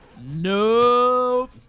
nope